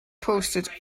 posted